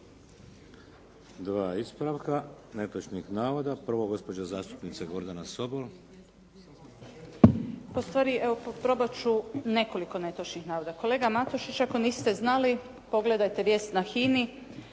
Dva ispravka netočnih navoda. Prvo, gospođa zastupnica Gordana Sobol. **Sobol, Gordana (SDP)** Pa ustvari, evo probati ću nekoliko netočnih navoda. Kolega Matušić, ako niste znali pogledajte vijest na HINA-i